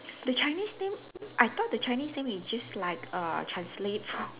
the Chinese name I thought the Chinese name is just like err translate from